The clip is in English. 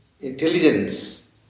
intelligence